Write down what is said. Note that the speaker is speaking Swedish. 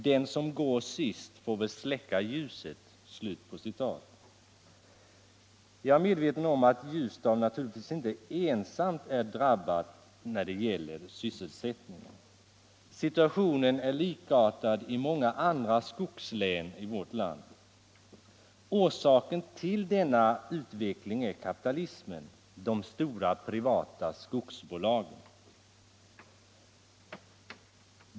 Den som går sist får väl släcka ljuset.” Jag är medveten om att Ljusdal naturligtvis inte ensamt är drabbat av bristen på sysselsättning. Situationen är likartad där och i många andra skogslän i vårt land. Orsaken till denna utveckling är kapitalismen, de stora privata skogsbolagen.